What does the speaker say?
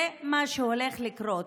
זה מה שהולך לקרות.